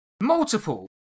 Multiple